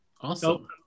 Awesome